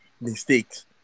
mistakes